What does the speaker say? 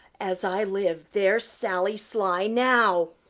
as i live, there's sally sly now!